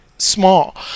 small